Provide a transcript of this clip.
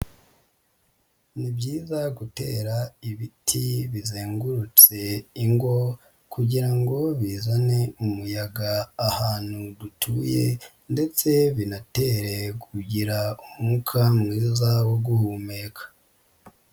Ni byiza gutera ibiti bizengurutse ingo, kugira ngo bizane umuyaga ahantu dutuye ndetse binatere kugira umwuka mwiza wo guhumeka.